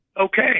okay